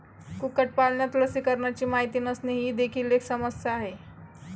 कुक्कुटपालनात लसीकरणाची माहिती नसणे ही देखील एक समस्या आहे